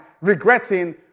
regretting